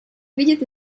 vědět